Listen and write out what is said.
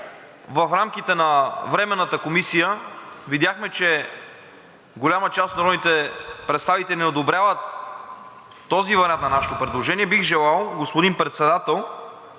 в рамките на Временната комисия видяхме, че голяма част от народните представители не одобряват този вариант на нашето предложение, бих желал, господин Председател,